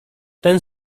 ten